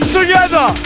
Together